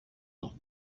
not